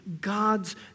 God's